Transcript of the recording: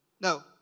no